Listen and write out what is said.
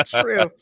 True